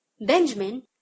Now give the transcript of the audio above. Benjamin